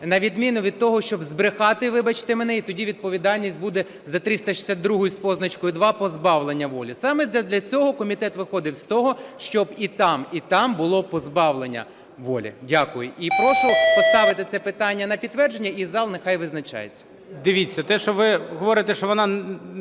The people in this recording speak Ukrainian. на відміну від того, щоб збрехати, вибачте мене, і тоді відповідальність буде за 362-ю з позначкою 2 позбавлення волі. Саме задля цього комітет виходив з того, щоб і там, і там було позбавлення волі. Дякую. І прошу поставити це питання на підтвердження, і зал нехай визначається. ГОЛОВУЮЧИЙ. Дивіться, те, що ви говорите, що вона